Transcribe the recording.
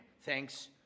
Thanks